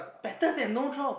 better than no job